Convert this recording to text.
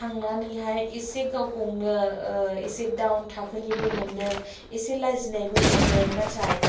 थांनानैहाय एसे गावखौनो एसे डाउन थाखोनिबो मोनदों एसे लाजिनायबो मोन्दों नाथाय